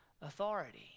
authority